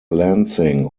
lansing